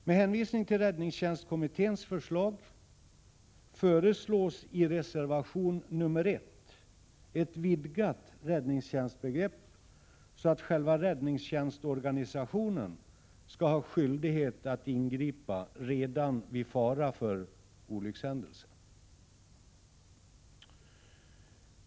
Med hänvisning till räddningstjänstkommitténs förslag föreslås i reservation 1 ett vidgat räddningstjänstbegrepp, så att själva räddningstjänstorganisationen skall ha skyldighet att ingripa redan vid fara för olyckshändelse.